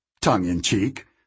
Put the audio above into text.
tongue-in-cheek